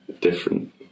different